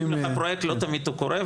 פרוייקט לא תמיד הוא קורה,